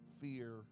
fear